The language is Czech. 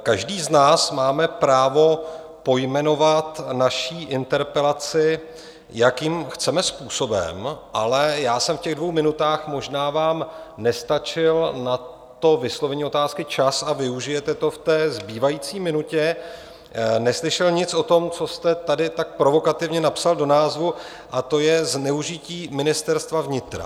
Každý z nás máme právo pojmenovat naši interpelaci, jakým chceme způsobem, ale já jsem v těch dvou minutách možná vám nestačil na to vyslovení otázky čas a využijete to v té zbývající minutě neslyšel nic o tom, co jste tady tak provokativně napsal do názvu, a to je zneužití Ministerstva vnitra.